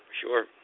Sure